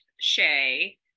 Shay